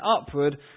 upward